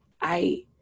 I-